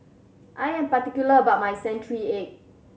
I am particular about my century egg